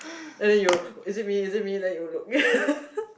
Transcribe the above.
and then you is it me is it me then you look